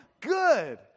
good